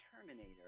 Terminator